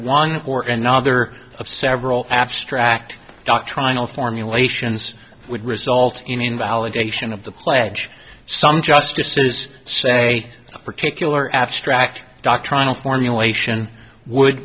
one or another of several abstract doctrinal formulations would result in validation of the play some justices say a particular abstract doctrinal formulation would